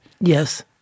Yes